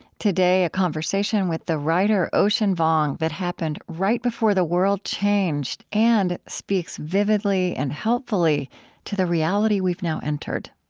today a conversation with the writer ocean vuong that happened right before the world changed, and speaks vividly and helpfully to the reality we've now entered